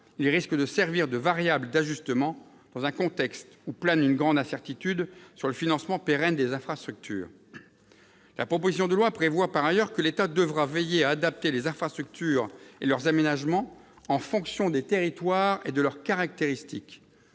même de servir de variable d'ajustement, dans un contexte où plane une grande incertitude sur le financement pérenne des infrastructures. La proposition de loi prévoit, par ailleurs, que l'État devra veiller à adapter les infrastructures et leurs aménagements aux territoires et à leurs caractéristiques.